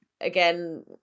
again